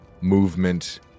movement